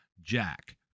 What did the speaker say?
jack